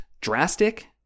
drastic